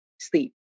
sleep